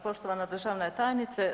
Poštovana državna tajnice.